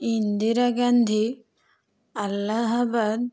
Indira Gandhi Allahabad